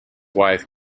wife